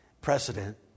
precedent